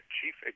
Chief